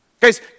Guys